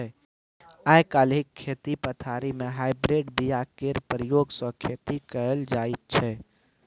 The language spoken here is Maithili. आइ काल्हि खेती पथारी मे हाइब्रिड बीया केर प्रयोग सँ खेती कएल जाइत छै